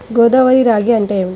గోదావరి రాగి అంటే ఏమిటి?